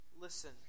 listen